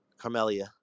Carmelia